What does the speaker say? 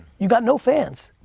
you got no fans.